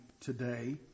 today